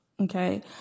Okay